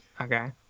Okay